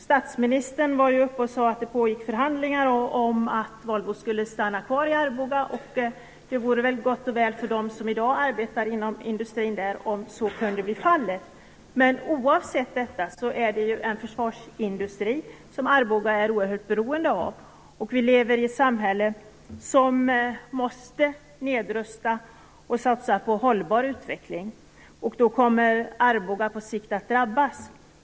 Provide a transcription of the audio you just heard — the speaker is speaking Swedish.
Statsministern sade att det pågick förhandlingar om att Volvo skulle stanna kvar i Arboga. Det vore gott och väl för dem som i dag arbetar inom industrin där om så kunde bli fallet. Oavsett detta är det en försvarsindustri som Arboga är oerhört beroende av. Vi lever i ett samhälle som måste nedrusta och satsa på hållbar utveckling. Då kommer Arboga på sikt att drabbas.